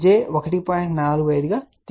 45 గా పరిగణించండి